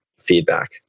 feedback